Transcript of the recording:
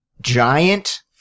giant